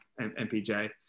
mpj